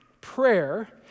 Prayer